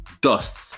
dust